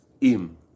Im